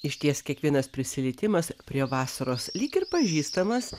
išties kiekvienas prisilietimas prie vasaros lyg ir pažįstamas